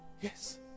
Yes